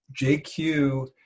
JQ